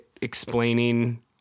explaining